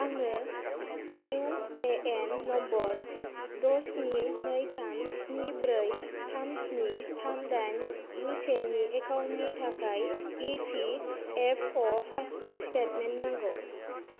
आंनो UAN number द' स्नि नै थाम स्नि ब्रै थाम स्नि थाम दाइन गु से नि एकाउन्टनि थाखाय इपिएफअ पासबुक स्टेटमेन्ट नांगौ